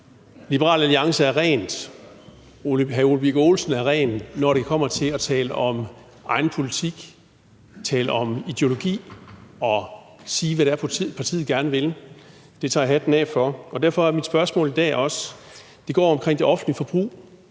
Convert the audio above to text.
Liberal Alliance og hr. Ole Birk Olesen er ren, når det kommer til at tale om egen politik og tale om ideologi og sige, hvad det er, partiet gerne vil. Det tager jeg hatten af for, og derfor går mit spørgsmål i dag også på det offentlige forbrug.